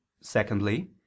Secondly